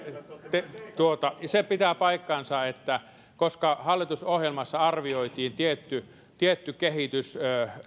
se pitää paikkansa että koska hallitusohjelmassa arvioitiin tietty tietty